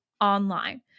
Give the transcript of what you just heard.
online